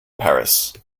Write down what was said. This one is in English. paris